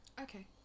Okay